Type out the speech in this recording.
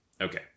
Okay